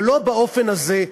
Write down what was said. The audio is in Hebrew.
ולא באופן הזה,